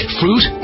fruit